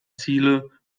ziele